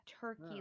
turkey